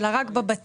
אלא רק בבתים.